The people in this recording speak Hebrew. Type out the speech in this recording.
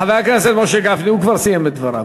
חבר הכנסת משה גפני, הוא כבר סיים את דבריו.